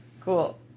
Cool